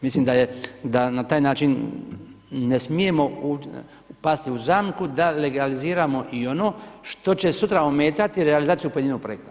Mislim da na taj način ne smijemo pasti u zamku da legaliziramo i ono što će sutra ometati realizaciju pojedinog projekta.